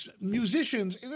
Musicians